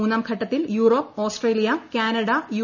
മൂന്നാംഘട്ടത്തിൽ Europe Australia Canada U